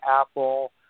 Apple